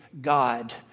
God